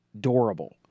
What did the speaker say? durable